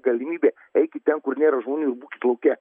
galimybė eikit ten kur nėra žmonių būkit lauke